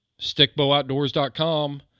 stickbowoutdoors.com